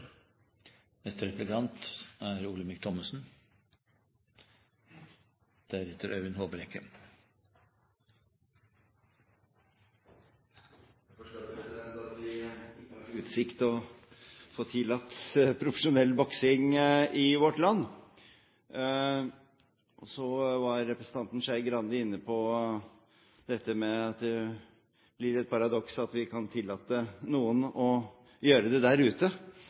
er det, bør vi forandre standpunkt. Jeg forstår at vi ikke har utsikt til å få tillatt profesjonell boksing i vårt land. Så var representanten Skei Grande inne på dette med at det blir et paradoks at vi kan tillate noen å gjøre det der ute